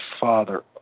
Father